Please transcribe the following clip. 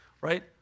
right